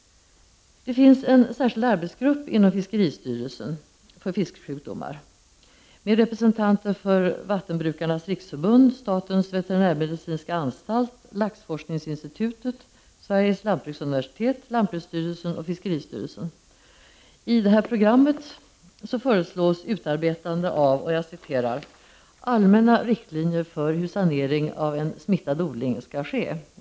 Det finns en särskild arbetsgrupp inom fiskeristyrelsen för fisksjukdomar, med representanter för Vattenbrukarnas riksförbund, statens veterinärmedicinska anstalt, laxforskningsinstitutet, Sveriges lantbruksuniversitet, lantbruksstyrelsen och fiskeristyrelsen. På s. 22 i programmet föreslås utarbetandet av ”allmänna riktlinjer för hur sanering av en smittad odling skall ske”.